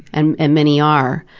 and and many are,